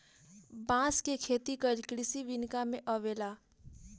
बांस के खेती कइल कृषि विनिका में अवेला